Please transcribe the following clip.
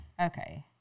Okay